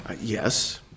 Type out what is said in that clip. Yes